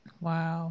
Wow